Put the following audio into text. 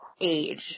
age